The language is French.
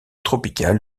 tropicales